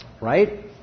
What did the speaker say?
Right